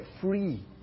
free